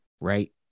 right